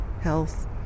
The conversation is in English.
health